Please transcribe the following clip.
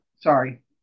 Sorry